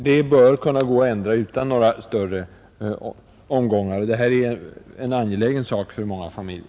Det bör kunna gå att ändra utan några större omgångar, och det här är en angelägen sak för många familjer.